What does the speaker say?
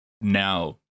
now